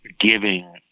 giving